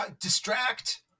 distract